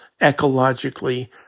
ecologically